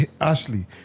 Ashley